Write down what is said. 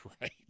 right